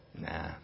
nah